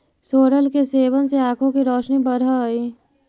सोरल के सेवन से आंखों की रोशनी बढ़अ हई